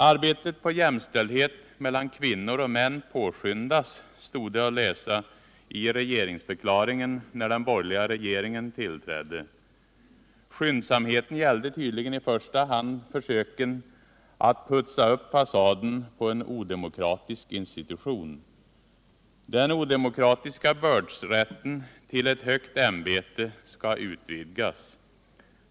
” Arbetet på jämställdhet mellan kvinnor och män påskyndas”, stod det att läsa i regeringsförklaringen när den borgerliga regeringen tillträdde. Skyndsamheten gällde tydligen i första hand försöken att putsa upp fasaden på en odemokratisk institution. Den odemokratiska bördsrätten till ett högt ämbete skall utvidgas.